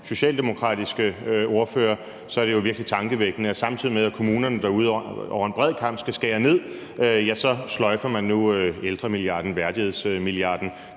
socialdemokratiske ordfører, er det jo virkelig tankevækkende, at samtidig med at kommunerne derude over en bred kam skal skære ned, ja, så sløjfer man nu ældremilliarden, altså værdighedsmilliarden,